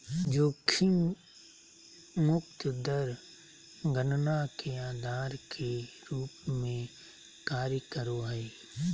जोखिम मुक्त दर गणना के आधार के रूप में कार्य करो हइ